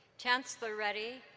chancellor reddy,